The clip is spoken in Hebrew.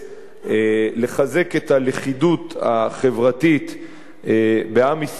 לחזק את הלכידות החברתית בעם ישראל,